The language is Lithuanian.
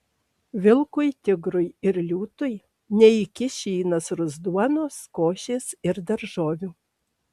vilkui tigrui ir liūtui neįkiši į nasrus duonos košės ir daržovių